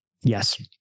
Yes